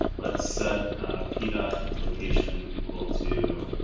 let's set a p dot location equal to